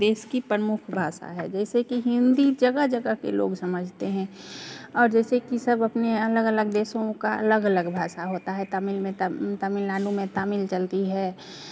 देश की प्रमुख भाषा है जैसेकि हिंदी जगह जगह के लोग समझते हैं और जैसेकि सब अपने अलग अलग देशों का अलग अलग भाषा होता है तमिल में तमिलनाडु में तमिल चलती है